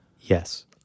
Yes